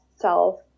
self